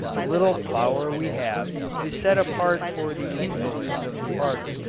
the little flour we have is set apart for the invalids of the party.